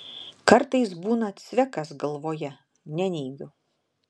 kartais būna cvekas galvoje neneigiu